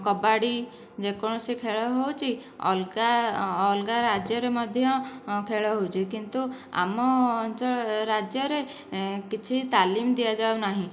କବାଡ଼ି ଯେକୌଣସି ଖେଳ ହେଉଛି ଅଲଗା ଅଲଗା ରାଜ୍ୟରେ ମଧ୍ୟ ଖେଳ ହେଉଛି କିନ୍ତୁ ଆମ ଅଞ୍ଚ ରାଜ୍ୟରେ କିଛି ତାଲିମ ଦିଆଯାଉନାହିଁ